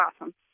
awesome